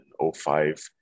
05